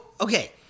okay